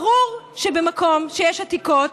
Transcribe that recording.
ברור שבמקום שיש עתיקות,